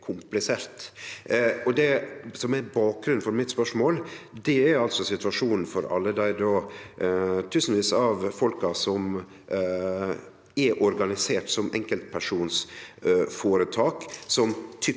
Det som er bakgrunnen for spørsmålet mitt, er altså situasjonen for alle dei tusenvis av folka som er organiserte som enkeltpersonføretak, som typisk